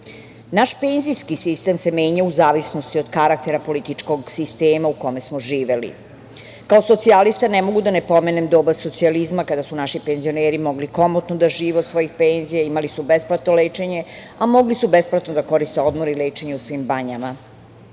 penzijski sistem se menjao u zavisnosti od karaktera političkog sistema u kome smo živeli. Kao socijalista ne mogu da ne pomenem doba socijalizma, kada su naši penzioneri mogli komotno da žive od svojih penzija, imali su besplatno lečenje, a mogli su i besplatno da koriste odmor i lečenje u svim banjama.